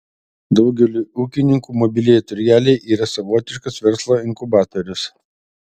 daugeliui ūkininkų mobilieji turgeliai yra savotiškas verslo inkubatorius